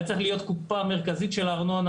היה צריך להיות קופה מרכזית של ארנונה,